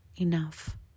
enough